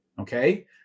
Okay